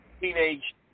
teenage